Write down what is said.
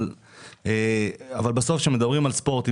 אבל בסוף כשמדברים על ספורט,